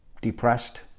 depressed